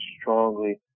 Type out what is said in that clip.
strongly